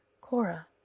Cora